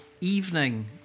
evening